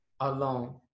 Alone